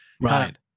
right